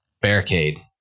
barricade